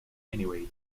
anyway